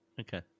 okay